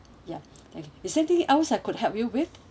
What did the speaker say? ya is anything else I could help you with